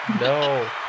No